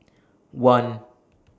one